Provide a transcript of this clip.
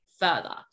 further